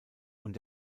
und